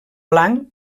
blanc